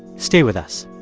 stay with us